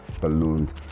ballooned